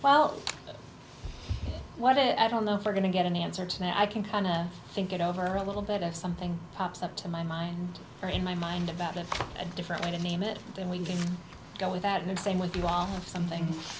well what it i don't know if we're going to get an answer to that i can kind of think it over a little bit of something pops up to my mind or in my mind about it a different way to name it then we go with that in the same would be wrong of something